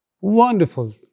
Wonderful